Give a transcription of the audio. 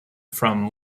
from